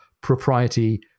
propriety